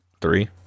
Three